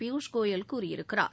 பியூஷ் கோயல் கூறியிருக்கிறார்